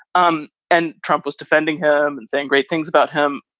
um and trump was defending him and saying great things about him.